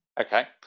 okay